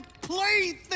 plaything